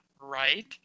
right